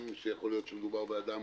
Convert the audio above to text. גם כשיכול להיות שמדובר באדם